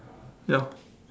ya